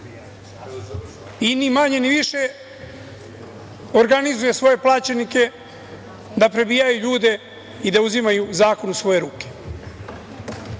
I ni manje ni više, organizuje svoje plaćenike da prebijaju ljude i da uzimaju zakon u svoje ruke. Možda